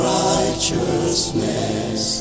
righteousness